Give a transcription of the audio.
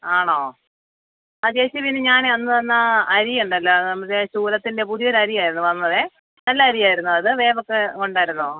ആണോ ആ ചേച്ചി പിന്നെ ഞാൻ അന്ന് തന്ന അരി ഉണ്ടല്ലോ നമ്മുടെ ചൂരത്തിൻ്റെ പുതിയൊരു അരി ആയിരുന്നു വന്നതേ നല്ല അരിയായിരുന്നോ അത് വേവൊക്കെ ഉണ്ടായിരുന്നോ